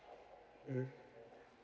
mmhmm